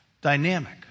dynamic